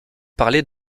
parler